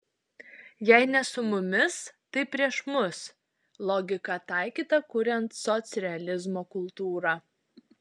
jei ne su mumis tai prieš mus logika taikyta kuriant socrealizmo kultūrą